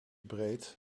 breed